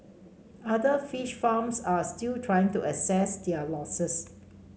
other fish farms are still trying to assess their losses